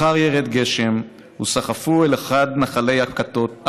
/ מחר ירד גשם וסחפו אל אחד נחלי הבתות,